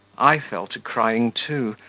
i fell to crying, too,